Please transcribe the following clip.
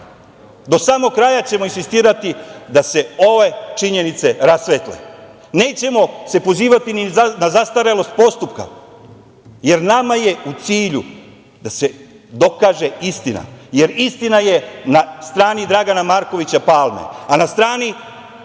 Do samog kraja ćemo insistirati da se ove činjenice rasvetle. Nećemo se pozivati na zastarelost postupka, jer nama je u cilju da se dokaže istina, jer istina je na strani Dragana Marovića Palme, a na strni